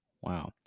Wow